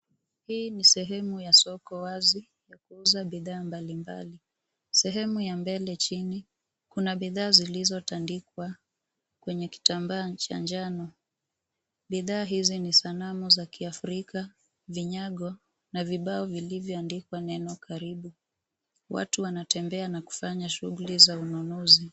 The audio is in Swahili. Hii ni sehemu ya soko wazi ya kuuza bidhaa mbali mbali. Sehemu ya mbele chini, kuna bidhaa zilizo tandikwa kwenye kitambaa cha njano. Bidhaa hizi ni sanamu za kiafrika , vinyago, na vibao vilivyoandikwa neno karibu. Watu wanatembea na kufanya shughuli za ununuzi.